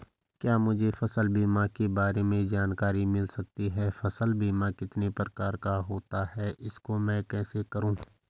क्या मुझे फसल बीमा के बारे में जानकारी मिल सकती है फसल बीमा कितने प्रकार का होता है इसको मैं कैसे करूँ?